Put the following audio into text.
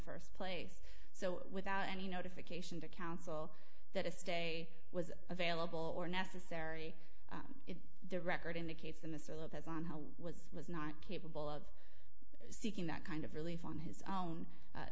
st place so without any notification to counsel that a stay was available or necessary the record indicates in this or lopez on how was was not capable of seeking that kind of relief on his own